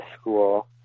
school